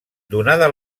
donada